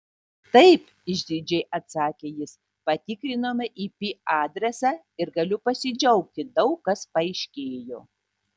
taip išdidžiai atsakė jis patikrinome ip adresą ir galiu pasidžiaugti daug kas paaiškėjo